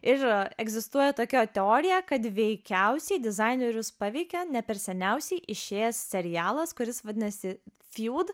ir egzistuoja tokia teorija kad veikiausiai dizainerius paveikė ne per seniausiai išėjęs serialas kuris vadinasi fjud